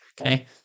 okay